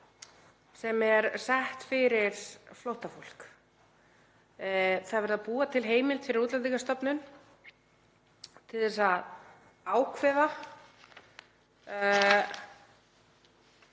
sem er sett fyrir flóttafólk. Það er verið að búa til heimild fyrir Útlendingastofnun til að ákveða